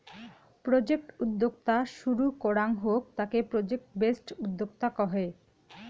project উদ্যোক্তা শুরু করাঙ হউক তাকে প্রজেক্ট বেসড উদ্যোক্তা কহে